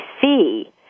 see